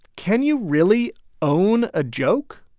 can you really own a joke?